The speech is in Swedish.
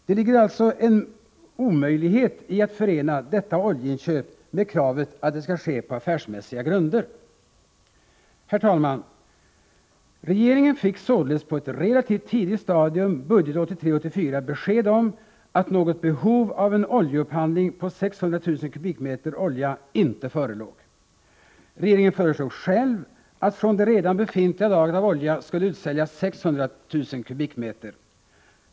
Det ligger alltså en omöjlighet i att förena detta oljeinköp med kravet att det skall ske på affärsmässiga grunder. Herr talman! Regeringen fick således på ett relativt tidigt stadium budgetåret 1983/84 besked om att något behov av en oljeupphandling på 600 000 m? olja inte förelåg. Regeringen föreslog själv att från det redan befintliga lagret av olja skulle utsäljas 600 000 m?.